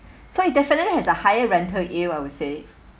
so it definitely has a higher rental yield I would say